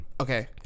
Okay